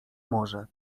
może